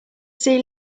see